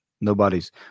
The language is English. Nobody's